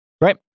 right